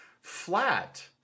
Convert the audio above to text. flat